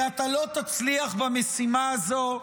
כי אתה לא תצליח במשימה הזו.